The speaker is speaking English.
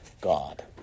God